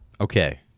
Okay